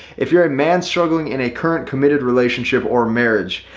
if you're a man struggling in a current committed relationship or marriage,